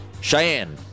Cheyenne